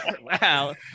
Wow